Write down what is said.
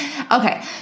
okay